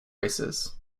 races